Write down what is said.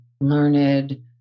learned